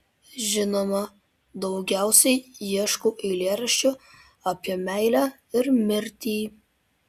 žinoma daugiausiai ieškau eilėraščių apie meilę ir mirtį